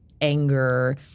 anger